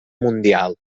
mundial